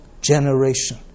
generation